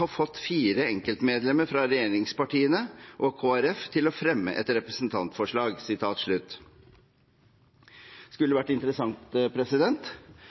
ha fått «fire enkeltmedlemmer fra regjeringspartiene og Kristelig Folkeparti til å fremme et representantforslag». Det skulle